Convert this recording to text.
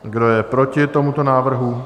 Kdo je proti tomuto návrhu?